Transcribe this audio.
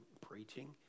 preaching